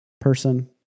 person